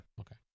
Okay